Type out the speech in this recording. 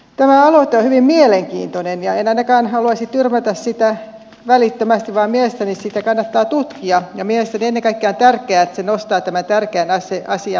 tämä aloite on hyvin mielenkiintoinen ja en ainakaan haluaisi tyrmätä sitä välittömästi vaan mielestäni sitä kannattaa tutkia ja mielestäni ennen kaikkea on tärkeää että se nostaa tämän tärkeän asian jälleen keskusteluun